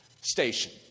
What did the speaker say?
station